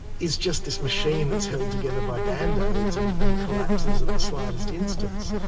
is just this machine that's held together by band aids and and collapses at the slightest instance.